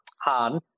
Han